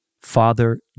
father